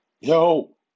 Yo